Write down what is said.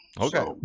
Okay